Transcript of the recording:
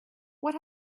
what